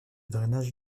drainage